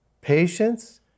patience